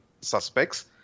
suspects